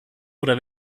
oder